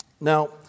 Now